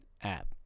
app